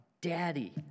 daddy